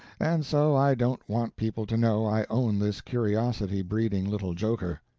and so i don't want people to know i own this curiosity-breeding little joker.